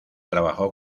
trabajó